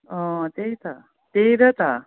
अँ त्यही त त्यही र त